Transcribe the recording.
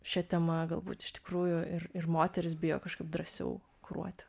šia tema galbūt iš tikrųjų ir moterys bijo kažkaip drąsiau kuruoti